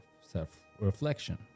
self-reflection